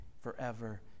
forever